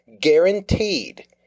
guaranteed